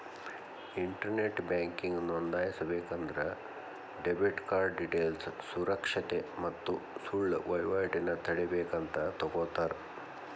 internet banking ನೋಂದಾಯಿಸಬೇಕಂದ್ರ debit card ಡೇಟೇಲ್ಸ್ನ ಸುರಕ್ಷತೆ ಮತ್ತ ಸುಳ್ಳ ವಹಿವಾಟನ ತಡೇಬೇಕಂತ ತೊಗೋತರ